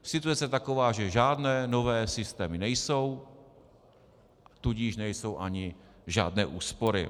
Situace je taková, že žádné nové systémy nejsou, tudíž nejsou ani žádné úspory.